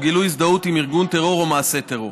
גילוי הזדהות עם ארגון טרור או עם מעשה טרור.